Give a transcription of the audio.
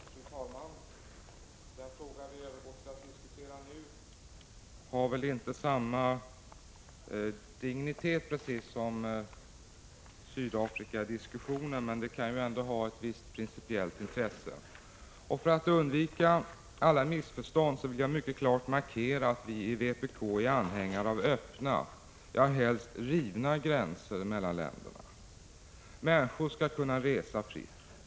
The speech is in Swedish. Fru talman! Den fråga vi övergår till att diskutera nu har väl inte samma dignitet som Sydafrikadiskussionen, men den kan ändå ha ett visst principiellt intresse. För att undvika alla missförstånd vill jag mycket klart markera att vi i vpk 45 är anhängare av öppna, ja helst rivna gränser mellan länderna. Människor skall kunna resa fritt.